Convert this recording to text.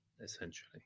essentially